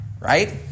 right